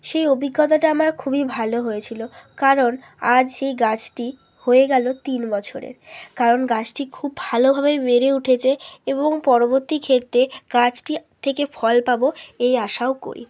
সেই অভিজ্ঞতাটা আমার খুবই ভালো হয়েছিল কারণ আজ সেই গাছটি হয়ে গেলো তিন বছরের কারণ গাছটি খুব ভালোভাবেই বেড়ে উঠেছে এবং পরবর্তী ক্ষেত্রে গাছটি থেকে ফল পাব এই আশাও করি